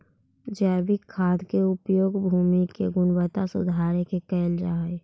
जैविक खाद के उपयोग भूमि के गुणवत्ता सुधारे में कैल जा हई